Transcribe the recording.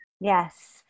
Yes